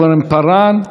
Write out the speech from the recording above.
קסניה סבטלובה.